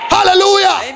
Hallelujah